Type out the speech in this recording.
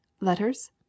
Letters